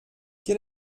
quel